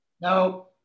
No